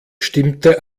stimmte